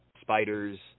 spiders